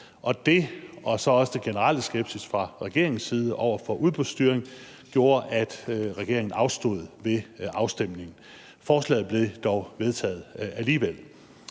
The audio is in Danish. Det og så også den generelle skepsis fra regeringens side over for udbudsstyring gjorde, at regeringen afstod ved afstemningen. Forslaget blev dog vedtaget alligevel.